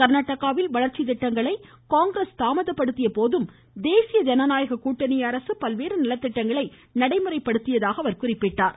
கர்நாடகாவில் வளர்ச்சி திட்டங்களை காங்கிரஸ் தாமதப்படுத்திய போதும் தேசிய ஜனநாயக கூட்டணி அரசு பல்வேறு நலத்திட்டங்களை நடைமுறைப்படுத்துவதாகவும் கூறினார்